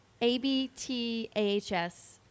A-B-T-A-H-S